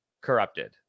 corrupted